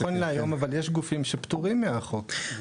אבל נכון להיום יש גופים שפטורים מהחוק,